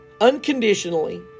unconditionally